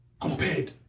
compared